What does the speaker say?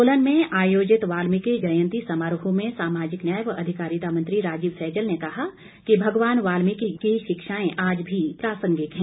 सोलन में आयोजित वाल्मीकि जयंती समारोह में सामाजिक न्याय व अधिकारिता मंत्री राजीव सहजल ने कहा कि भगवान वाल्मीकि की शिक्षाएं आज भी प्रासंगिक हैं